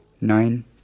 Nine